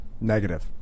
Negative